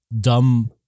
dumb